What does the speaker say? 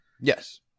Yes